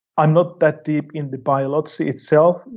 i'm not that deep in the biology itself,